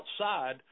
outside